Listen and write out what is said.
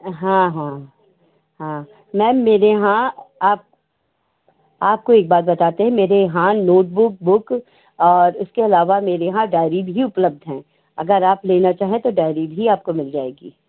हाँ हाँ हाँ मैम मेरे यहाँ आप आपको एक बात बताते हैं मेरे यहाँ नोटबुक बुक और इसके अलावा मेरे यहाँ डायरी भी उपलब्ध हैं हाँ अगर आप लेना चाहे तो डायरी भी आपको मिल जाएगी